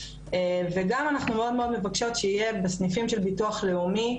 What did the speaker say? וגם אנחנו מאוד מאוד מבקשות שיהיה בסניפים של ביטוח לאומי,